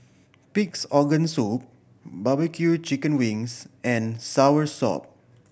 Pig's Organ Soup barbecue chicken wings and soursop